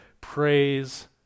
Praise